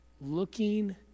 looking